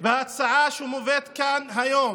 וההצעה שמובאת כאן היום,